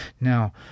Now